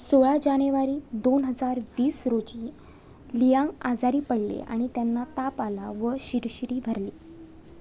सोळा जानेवारी दोन हजार वीस रोजी लियांग आजारी पडले आणि त्यांना ताप आला व शिरशिरी भरली